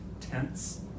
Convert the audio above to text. tense